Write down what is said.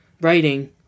writing